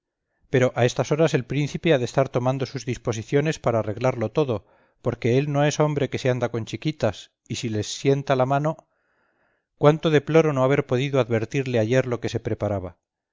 pero a estas horas el príncipe ha de estar tomando sus disposiciones para arreglarlo todo porque él no es hombre que se anda con chiquitas y si les sienta la mano cuánto deploro no haber podido advertirle ayer lo que se preparaba